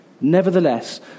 Nevertheless